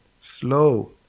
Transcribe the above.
slow